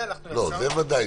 זה ודאי.